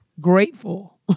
grateful